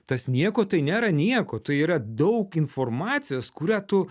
tas nieko tai nėra nieko tai yra daug informacijos kurią tu